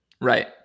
Right